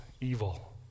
Evil